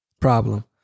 Problem